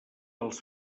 els